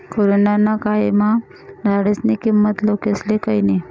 corona ना कायमा झाडेस्नी किंमत लोकेस्ले कयनी